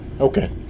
Okay